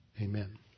Amen